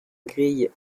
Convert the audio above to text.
grille